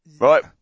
Right